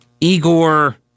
Igor